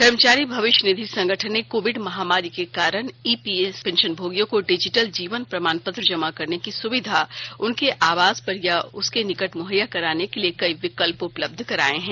कर्मचारी भविष्य निधि संगठन ने कोविड महामारी के कारण ईपीएस पेंशनभोगियों को डिजिटल जीवन प्रमाणपत्र जमा करने की सुविधा उनके आवास पर या उसके निकट मुहैया कराने के लिए कई विकल्प उपलब्ध कराएं हैं